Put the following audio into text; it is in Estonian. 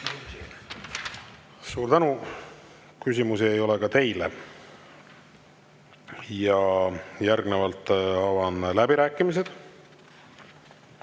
Suur tänu! Küsimusi ei ole ka teile. Järgnevalt avan läbirääkimised.